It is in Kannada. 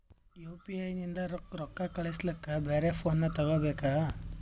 ಯು.ಪಿ.ಐ ನಿಂದ ರೊಕ್ಕ ಕಳಸ್ಲಕ ಬ್ಯಾರೆ ಫೋನ ತೋಗೊಬೇಕ?